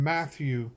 Matthew